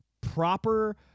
proper